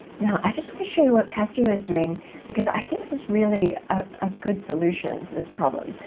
now i just want to show you what casio is doing because i think this is really a good solution to this problem.